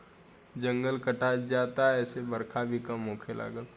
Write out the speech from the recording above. जंगल कटात जाता जेसे बरखा भी कम होखे लागल